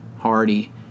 Hardy